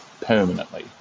permanently